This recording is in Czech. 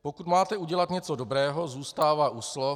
Pokud máte udělat něco dobrého, zůstává u slov.